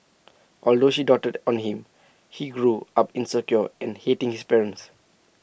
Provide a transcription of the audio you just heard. although she doted on him he grew up insecure and hating his parents